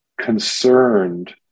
concerned